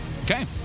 okay